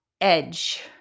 edge